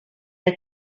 elle